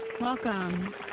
welcome